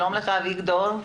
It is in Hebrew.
שלום אביגדור.